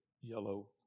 yellow